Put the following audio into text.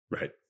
Right